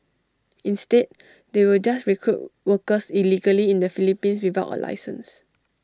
instead they will just recruit workers illegally in the Philippines without A licence